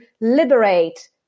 liberate